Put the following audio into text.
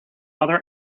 other